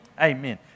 Amen